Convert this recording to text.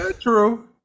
true